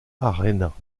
arena